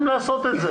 וחייבים לעשות את זה.